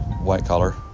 white-collar